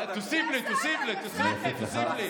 תוסיף לי, תוסיף לי, תוסיף לי.